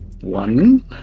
One